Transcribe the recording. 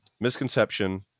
misconception